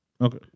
Okay